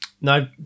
no